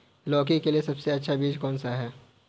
लौकी के लिए सबसे अच्छा बीज कौन सा है?